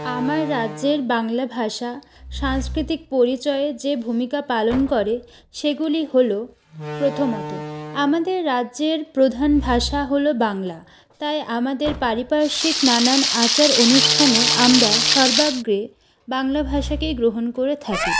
আমার রাজ্যের বাংলা ভাষা সাংস্কৃতিক পরিচয়ের যে ভূমিকা পালন করে সেগুলি হল প্রথমত আমাদের রাজ্যের প্রধান ভাষা হল বাংলা তাই আমাদের পারিপার্শ্বিক নানান আচার অনুষ্ঠানে আমরা সর্বাগ্রে বাংলা ভাষাকেই গ্রহণ করে থাকি